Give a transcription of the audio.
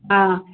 हँ